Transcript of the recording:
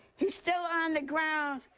he's still on the ground.